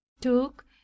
took